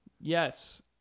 yes